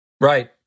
Right